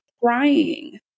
crying